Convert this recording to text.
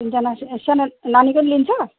तिनजना स सानो नानीको नि लिन्छ